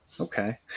Okay